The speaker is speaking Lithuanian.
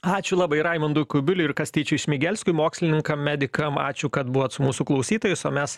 ačiū labai raimundui kubiliui ir kastyčiui šmigelskui mokslininkam medikam ačiū kad buvot su mūsų klausytojais o mes